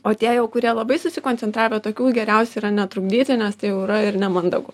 o tie jau kurie labai susikoncentravę tokių geriausia yra netrukdyti nes tai jau yra ir nemandagu